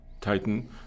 Titan